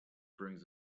brings